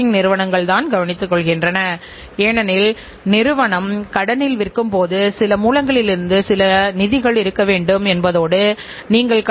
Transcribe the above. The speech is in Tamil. மேம்படுத்தப்பட்ட தானியங்கி நிறுவனங்கள் இயந்திரங்களின் பயன்பாடு மற்றும் மூலதன முதலீடுகளின் மூலம் உற்பத்தித்திறன் பெருக்க நடவடிக்கைகளில் ஈடுபடுகின்றனர்